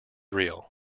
real